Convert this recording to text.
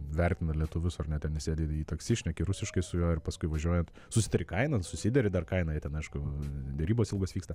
vertina lietuvius ar ne ten įsėdi į taksi šneki rusiškai su juo ir paskui važiuojant susitari kainą susideri dar kainą jie ten aišku derybos ilgos vyksta